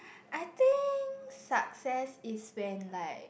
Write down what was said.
I think success is when like